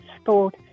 sport